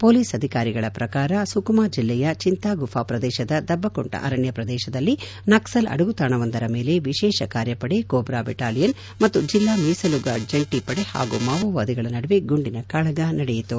police ಅಧಿಕಾರಿಗಳ ಪ್ರಕಾರ ಸುಕುಮಾ ಜಿಲ್ಲೆಯ ಚಿಂತಾಗುಫಾ ಪ್ರದೇಶದ ದಬ್ಬಕೊಂಟ ಅರಣ್ಯ ಪ್ರದೇಶದಲ್ಲಿ ನಕ್ಲಲ್ ಅಡಗುತಾಣವೊಂದರ ಮೇಲೆ ವಿಶೇಷ ಕಾರ್ಯಪಡೆ ಕೋಬ್ರಾ ಬೆಟಾಲಿಯನ್ ಮತ್ತು ಜಿಲ್ಲಾ ಮೀಸಲು ಗಾರ್ಡ್ ಜಂಟಿ ಪಡೆ ಹಾಗೂ ಮಾವೋವಾದಿಗಳ ನಡುವೆ ಗುಂಡಿನ ಕಾಳಗ ನಡೆಯಿತು